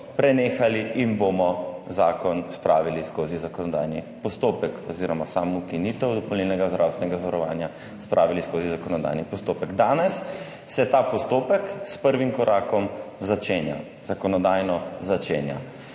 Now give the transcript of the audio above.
prenehali in bomo zakon spravili skozi zakonodajni postopek oziroma samo ukinitev dopolnilnega zdravstvenega zavarovanja spravili skozi zakonodajni postopek. Danes se ta postopek s prvim korakom začenja, zakonodajno začenja.